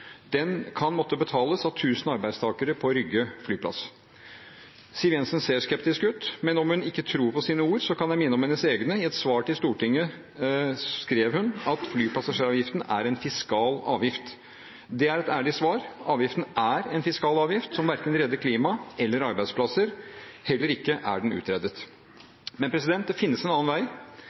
Den kan måtte betales av 1 000 arbeidstakere på Rygge flyplass. Siv Jensen ser skeptisk ut, men om hun ikke tror på mine ord, kan jeg minne henne på hennes egne. I et svar til Stortinget skrev hun at flypassasjeravgiften er en fiskal avgift. Det er et ærlig svar. Avgiften er en fiskal avgift som verken redder klimaet eller arbeidsplasser, heller ikke er den utredet. Men det finnes en annen vei.